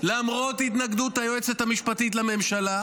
למרות התנגדות היועצת המשפטית לממשלה,